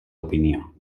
opinió